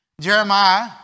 jeremiah